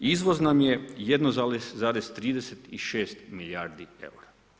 Izvoz nam je 1,36 milijardi eura.